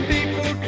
People